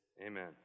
Amen